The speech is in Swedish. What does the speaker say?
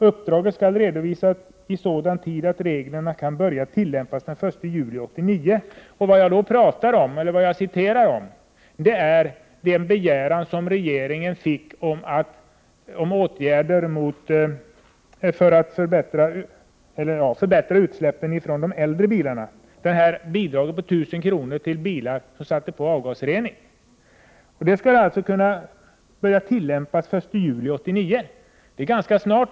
Uppdraget skall redovisas i sådan tid att reglerna kan börja tillämpas den 1 juli 1989.” Det handlar således om en hemställan till regeringen om åtgärder som syftar till en förbättring när det gäller utsläppen från äldre bilar. Jag tänker då t.ex. på det bidrag om 1 000 kr. som de bilägare får som förser sin bil med avgasrening. Dessa regler skall börja tillämpas den 1 juli 1989 — alltså ganska snart.